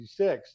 1966